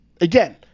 again